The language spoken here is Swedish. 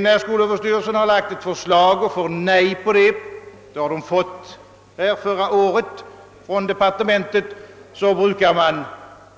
När skolöverstyrelsen har framlagt ett förslag som avslås av departementet — såsom inträffade i detta fall förra året — brukar man